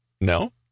No